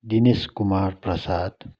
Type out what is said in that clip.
Dinesh Kumar Prasad